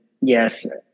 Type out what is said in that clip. yes